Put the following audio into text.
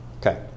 okay